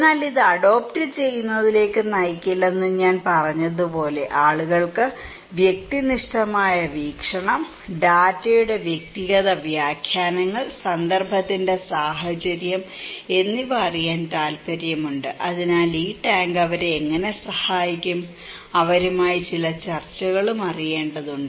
എന്നാൽ ഇത് അഡോപ്റ്റ് ചെയ്യുന്നതിലേക്ക് നയിക്കില്ലെന്ന് ഞാൻ പറഞ്ഞതുപോലെ ആളുകൾക്ക് വ്യക്തിനിഷ്ഠമായ വീക്ഷണം ഡാറ്റയുടെ വ്യക്തിഗത വ്യാഖ്യാനങ്ങൾ സന്ദർഭത്തിന്റെ സാഹചര്യം എന്നിവ അറിയാൻ താൽപ്പര്യമുണ്ട് അതിനാൽ ഈ ടാങ്ക് അവരെ എങ്ങനെ സഹായിക്കും അവരുമായി ചില ചർച്ചകളും അറിയേണ്ടതുണ്ട്